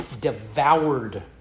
devoured